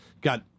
Got